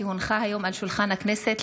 כי הונחה היום על שולחן הכנסת,